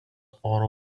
oro